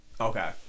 Okay